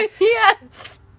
yes